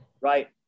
Right